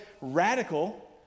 radical